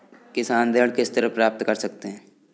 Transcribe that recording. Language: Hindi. किसान ऋण किस तरह प्राप्त कर सकते हैं?